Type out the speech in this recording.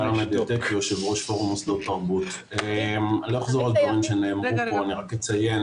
לא אחזור על דברים שנאמרו פה, אני רק אציין,